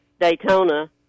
Daytona